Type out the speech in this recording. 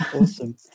Awesome